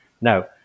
Now